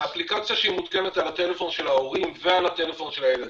זו אפליקציה שמתוקנת על הטלפון של ההורים ועל הטלפון של הילדים.